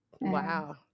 Wow